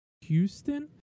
Houston